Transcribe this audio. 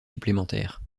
supplémentaires